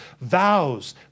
Vows